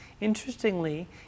interestingly